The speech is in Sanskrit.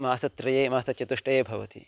मासत्रये मासचतुष्टये भवति